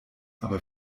aber